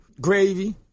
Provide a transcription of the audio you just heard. gravy